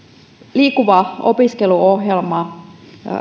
liikkuva opiskelu ohjelma